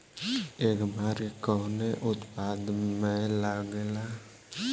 एगमार्क कवने उत्पाद मैं लगेला?